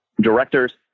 directors